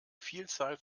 vielzahl